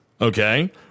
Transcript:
okay